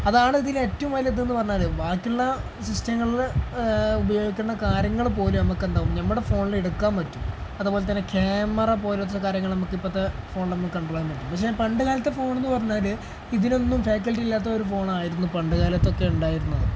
അതാണ് ഇതില് ഏറ്റവും വലിയ ഇതെന്ന് പറഞ്ഞാല് ബാക്കിയുള്ള സിസ്റ്റങ്ങളില് ഉപയോഗിക്കുന്ന കാര്യങ്ങള് പോലും നമുക്കെന്താകും നമ്മുടെ ഫോണില് എടുക്കാൻ പറ്റും അതുപോലെ തന്നെ ക്യാമറ പോലത്തെ കാര്യങ്ങള് നമുക്ക് ഇപ്പോഴത്തെ ഫോണില് നമുക്ക് കണ്ട്രോള് ചെയ്യാന് പറ്റും പക്ഷേ പണ്ടുകാലത്തെ ഫോണെന്ന് പറഞ്ഞാല് ഇതിനൊന്നും ഫാക്കൽറ്റി ഇല്ലാത്തൊരു ഫോണായിരുന്നു പണ്ടുകാലത്തൊക്കെയുണ്ടായിരുന്നത്